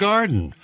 Garden